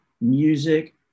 music